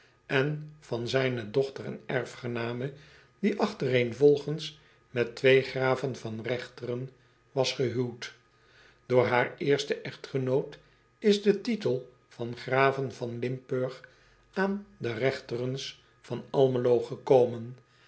en van zijne dochter en erfgename die achtereenvolgens met twee graven van echteren was gehuwd oor haar eersten echtgenoot is de titel van g r a v e n v a n i m p u r g aan de echterens van lmelo gekomen